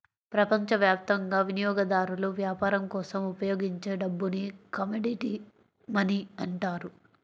ప్రపంచవ్యాప్తంగా వినియోగదారులు వ్యాపారం కోసం ఉపయోగించే డబ్బుని కమోడిటీ మనీ అంటారు